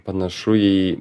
panašu į